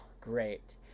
great